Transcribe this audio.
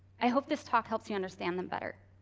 i hope this talk helps you understand them better.